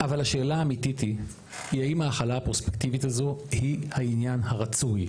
אבל השאלה האמיתית היא האם ההחלה הפרוספקטיבית הזאת היא העניין הרצוי.